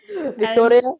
Victoria